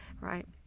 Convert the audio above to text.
right